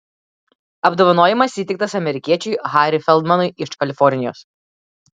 apdovanojimas įteiktas amerikiečiui harry feldmanui iš kalifornijos